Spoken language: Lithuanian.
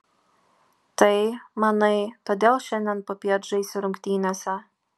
tai manai todėl šiandien popiet žaisi rungtynėse